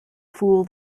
fool